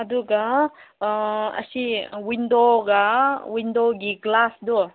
ꯑꯗꯨꯒ ꯑꯁꯤ ꯋꯤꯟꯗꯣꯒ ꯋꯤꯟꯗꯣꯒꯤ ꯒ꯭ꯂꯥꯁꯇꯣ